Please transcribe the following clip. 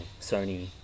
Sony